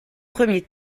premier